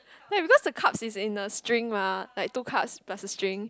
like because the cups it's in the string lah like two cup plus a string